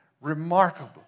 remarkable